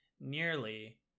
nearly